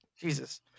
Jesus